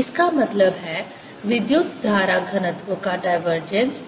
इसका मतलब है विद्युत धारा घनत्व का डाइवर्जेंस